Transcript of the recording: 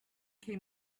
came